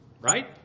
Right